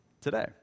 today